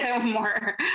more